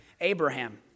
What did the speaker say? Abraham